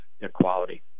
equality